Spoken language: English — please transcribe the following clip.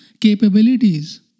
capabilities